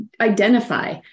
identify